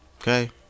Okay